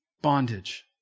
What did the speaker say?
bondage